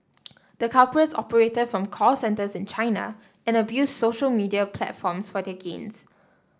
the culprits operated from call centres in China and abused social media platforms for their gains